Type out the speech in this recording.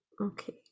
Okay